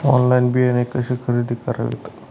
Online बियाणे कशी खरेदी करावीत?